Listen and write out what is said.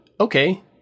okay